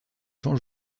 jean